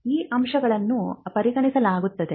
ಈ ಅಂಶಗಳನ್ನು ಪರಿಗಣಿಸಲಾಗುತ್ತದೆ